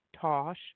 Tosh